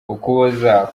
ukuboza